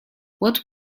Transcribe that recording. what